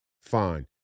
Fine